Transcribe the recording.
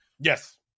Yes